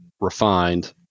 refined